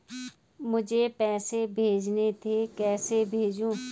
मुझे पैसे भेजने थे कैसे भेजूँ?